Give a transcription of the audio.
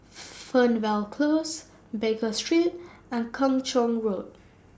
Fernvale Close Baker Street and Kung Chong Road